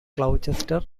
colchester